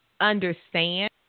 understand